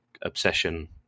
obsession